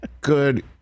good